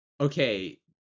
Okay